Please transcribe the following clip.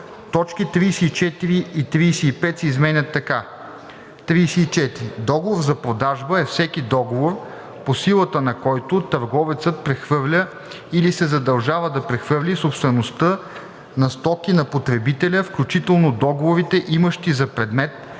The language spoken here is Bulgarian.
точки 38 – 40 се изменят така: